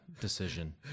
decision